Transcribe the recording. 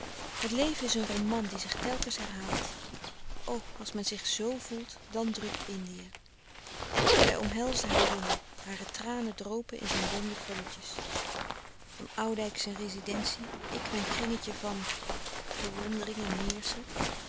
het leven is een roman die zich telkens herhaalt o als men zich zoo voelt dan drukt indië zij omhelsde haar jongen hare tranen dropen in zijn blonde krulletjes van oudijck zijn rezidentie ik mijn kringetje van bewondering en heerschen